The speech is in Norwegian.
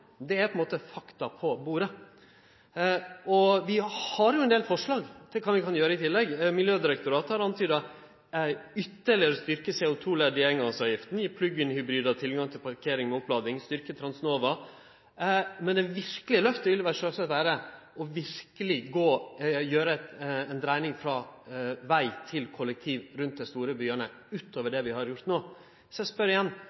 Det er på ein måte fakta på bordet. Vi har ein del forslag til kva vi kan gjere i tillegg. Miljødirektoratet har antyda: ytterlegare å styrkje CO2-leddet i eingongsavgifta, gje plugg-inn-hybridar tilgang til parkering og opplading, styrkje Transnova. Men det verkelege løftet vil vel sjølvsagt vere å verkeleg gjere ei dreiing frå veg til kollektivtilbod rundt dei store byane, utover det vi har gjort no. Så eg spør igjen: